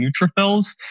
neutrophils